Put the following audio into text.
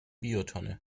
biotonne